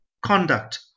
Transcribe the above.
conduct